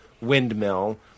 windmill